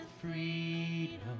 freedom